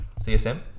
CSM